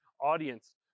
audience